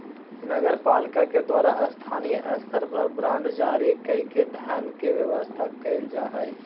नगर पालिका के द्वारा स्थानीय स्तर पर बांड जारी कईके धन के व्यवस्था कैल जा हई